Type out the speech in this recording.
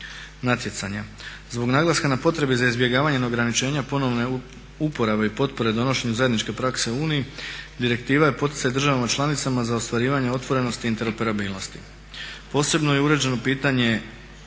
natjecanja. Zbog naglaska na potrebe za izbjegavanje neograničenja ponovne uporabe i potpore donošenju zajedničke prakse u Uniji direktiva je poticaj državama članicama za ostvarivanje otvorenosti i interoperabilnosti. Posebno je uređeno i pitanje